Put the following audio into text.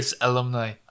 alumni